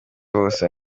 bahanzi